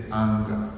anger